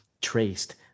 traced